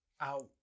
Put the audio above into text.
out